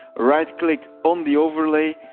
ah right click on the overlay,